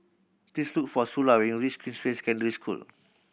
please look for Sula when you reach Queensway Secondary School